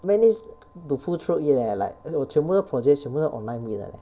managed to pull through it leh like 我全部的 project 全部都 online meet de leh